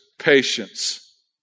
patience